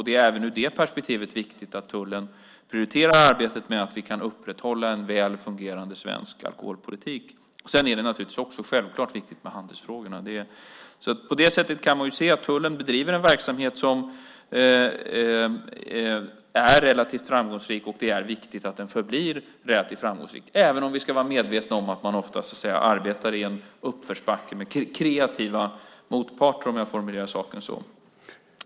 Det är även ur det perspektivet viktigt att tullen prioriterar arbetet med att upprätthålla en väl fungerande svensk alkoholpolitik. Handelsfrågorna är självklart också viktiga. På det sättet kan man se att tullen bedriver en verksamhet som är relativt framgångsrik. Det är viktigt att den förblir relativt framgångsrik, även om vi ska vara medvetna om att man oftast arbetar i uppförsbacke med kreativa motparter.